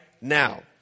now